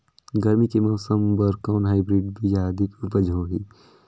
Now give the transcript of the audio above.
गरमी के मौसम बर कौन हाईब्रिड बीजा अधिक उपज होही?